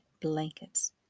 blankets